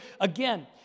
again